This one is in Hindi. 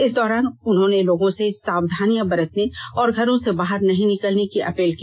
इस दौरान उन्होंने लोगों से सावधानियां बरतने और घरों से बाहर नहीं निकलने की अपील की